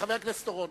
אורון.